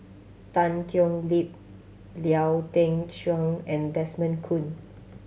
Tan Thoon Lip Lau Teng Chuan and Desmond Kon